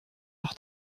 leur